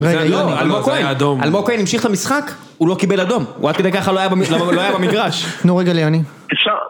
רגע לא, אלמוג כהן, אלמוג כהן המשיך את המשחק, הוא לא קיבל אדום, הוא עד כדי ככה לא היה במגרש. נו רגע ליאני